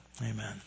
Amen